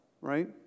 right